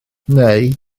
neu